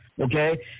okay